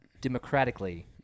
democratically